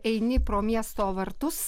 eini pro miesto vartus